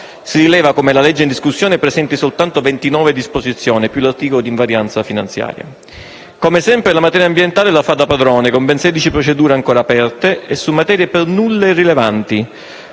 Si rileva come la legge in discussione presenti soltanto 29 disposizioni più l'articolo relativo all'invarianza finanziaria. Come sempre, la materia ambientale la fa da padrona con ben 16 procedure ancora aperte e su materie per nulla irrilevanti: